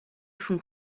font